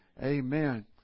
amen